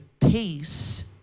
peace